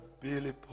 Billy